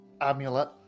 amulet